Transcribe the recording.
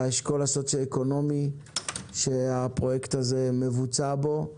האשכול הסוציו-אקונומי שהפרויקט הזה מבוצע בו,